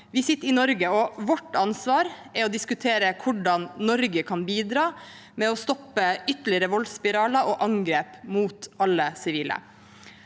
Vi sitter i Norge, og vårt ansvar er å diskutere hvordan Norge kan bidra til å stoppe ytterligere voldsspiraler og angrep mot alle sivile.